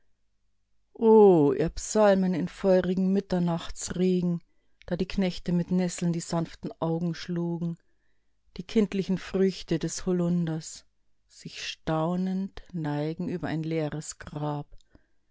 ihr psalmen in feurigen mitternachtsregen da die knechte mit nesseln die sanften augen schlugen die kindlichen früchte des holunders sich staunend neigen über ein leeres grab